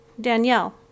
Danielle